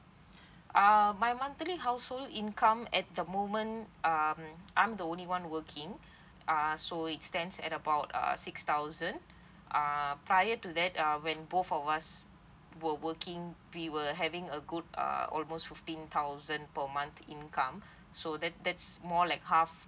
uh my monthly household income at the moment um I'm the only one working uh so it stands at about uh six thousand uh prior to that uh when both of us were working we were having a good uh almost fifteen thousand per month income so that that's more like half